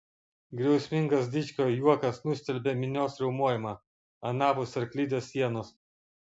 griausmingas dičkio juokas nustelbė minios riaumojimą anapus arklidės sienos